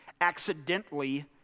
accidentally